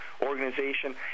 organization